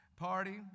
party